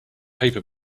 paper